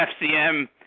FCM